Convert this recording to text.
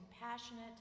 compassionate